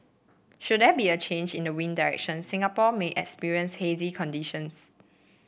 should there be a change in the wind direction Singapore may experience hazy conditions